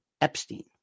Epstein